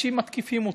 אנשים מתקיפים אותם,